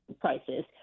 prices